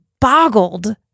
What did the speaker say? boggled